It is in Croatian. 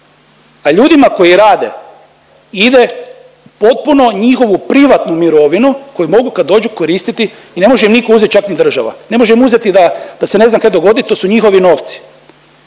a ljudima koji rade ide potpuno u njihovu privatnu mirovinu koju mogu kad dođu koristiti i ne može im nitko uzeti čak ni država, ne može im uzeti da se ne znam kaj dogodi to su njihovi novci.